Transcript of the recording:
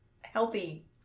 healthy